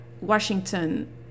Washington